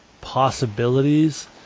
possibilities